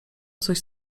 coś